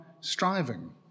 striving